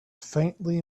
faintly